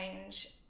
change